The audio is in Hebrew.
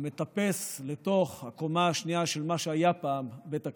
המטפס לתוך הקומה השנייה של מה שהיה פעם בית הכנסת.